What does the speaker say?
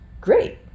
great